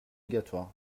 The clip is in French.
obligatoires